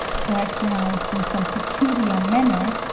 characterised in some peculiar manner,